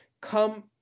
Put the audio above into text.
come